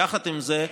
יחד עם זה,